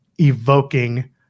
evoking